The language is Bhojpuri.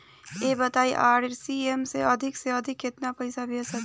ई बताईं आर.टी.जी.एस से अधिक से अधिक केतना पइसा भेज सकिले?